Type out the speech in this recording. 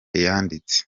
yanditse